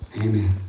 Amen